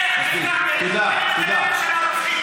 רוקח יפגע, של הרופאים.